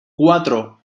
cuatro